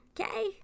okay